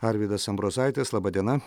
arvydas ambrozaitis laba diena